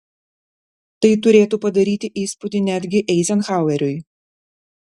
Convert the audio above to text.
tai turėtų padaryti įspūdį netgi eizenhaueriui